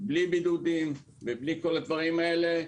בלי בידודים ובלי כל הדברים האלה.